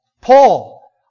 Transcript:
Paul